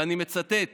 ואני מצטט